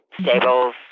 stables